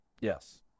Yes